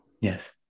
yes